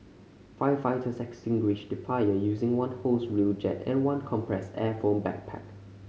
firefighters extinguished the fire using one hose reel jet and one compressed air foam backpack